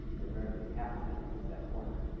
numerically, happen as it hits that corner.